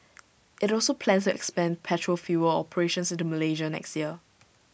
IT also plans to expand petrol fuel operations into Malaysia next year